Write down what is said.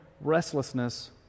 restlessness